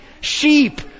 sheep